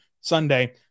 Sunday